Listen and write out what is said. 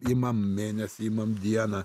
imam mėnesį imam dieną